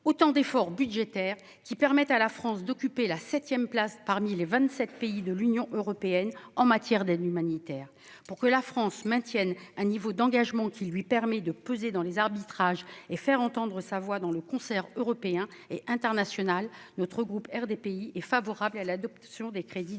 Autant d'efforts budgétaires qui permettent à la France d'occuper la septième place parmi les vingt-sept pays de l'Union européenne en matière d'aide humanitaire. Pour que la France maintienne un niveau d'engagement qui lui permette de peser dans les arbitrages et de faire entendre sa voix dans le concert européen et international, le groupe RDPI est favorable à l'adoption des crédits de cette